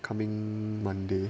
coming monday